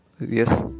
yes